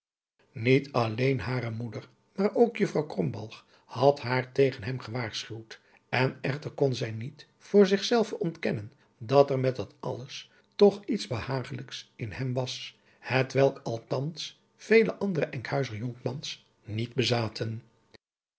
niet alleen hare moeder maar ook juffrouw krombalg had haar tegen hem gewaarschuwd en echter kon zij niet voor zich zelve ontkennen dat er met dat alles toch iets behagelijks in hem was hetwelk althans vele andere enkhuizer jonkmans niet bezaten